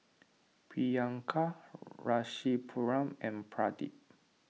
Priyanka Rasipuram and Pradip